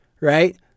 right